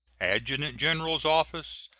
adjutant-general's office,